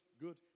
Good